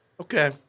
Okay